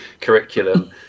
curriculum